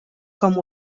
com